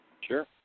Sure